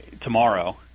tomorrow